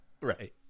Right